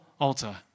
altar